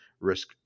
risk